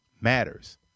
matters